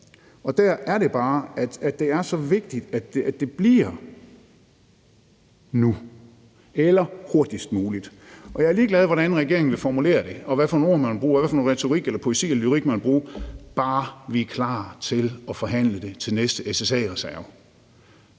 og der er det bare, at det er så vigtigt, at det bliver nu eller hurtigst muligt. Jeg er ligeglad med, hvordan regeringen vil formulere det, og hvad for nogle ord man vil bruge, og hvad for noget retorik eller poesi eller lyrik, man vil bruge, bare vi er klar til at forhandle det til næste SSA-reserve.